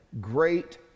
great